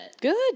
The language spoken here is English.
Good